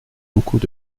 beaucoup